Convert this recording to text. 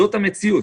זו המציאות.